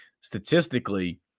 Statistically